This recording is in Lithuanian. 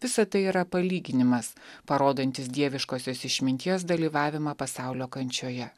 visa tai yra palyginimas parodantis dieviškosios išminties dalyvavimą pasaulio kančioje